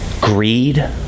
greed